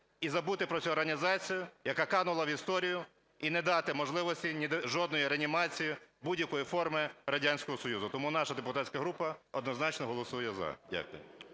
і забути про цю організацію, яка канула в історію, і не дати можливості жодної реанімації будь-якої форми Радянського Союзу. Тому наша депутатська група однозначно голосує – за. Дякую